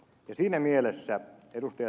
siinä mielessä ed